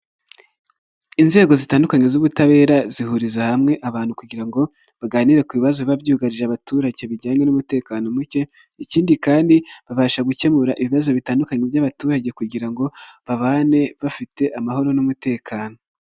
Inzego zitandukanye z'ubutabera, zihuriza hamwe abantu kugira ngo baganire ku bibazo biba byugarije abaturage, bijyanye n'umutekano muke, ikindi kandi babasha gukemura ibibazo bitandukanye by'abaturage kugira ngo babane bafite amahoro n'umutekano.